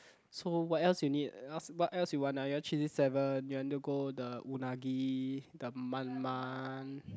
so what else you need else what else you want ah you want cheesy seven you want to go the unagi the